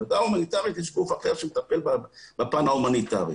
וועדה הומניטרית ישבו הרכב שמטפל בפן ההומניטרי.